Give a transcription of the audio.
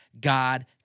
God